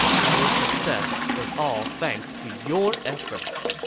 our success is all thanks to your efforts.